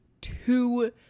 two